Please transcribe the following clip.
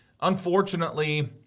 unfortunately